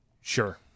sure